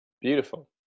Beautiful